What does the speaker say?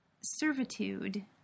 servitude